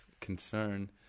concern